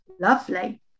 lovely